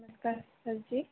ਨਮਸਕਾਰ ਹਾਂਜੀ